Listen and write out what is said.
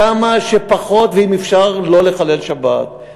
כמה שפחות ואם אפשר לא לחלל שבת.